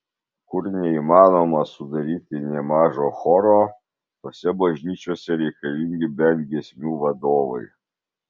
kur neįmanoma sudaryti nė mažo choro tose bažnyčiose reikalingi bent giesmių vadovai